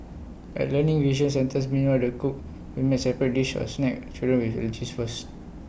at learning vision centres meanwhile A re cook will make separate dish or snack children with first